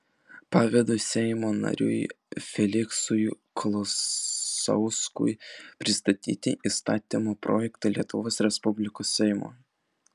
pavedu seimo nariui feliksui kolosauskui pristatyti įstatymo projektą lietuvos respublikos seimui